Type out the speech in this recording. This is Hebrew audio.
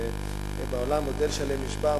בעולם מודל שלם נשבר,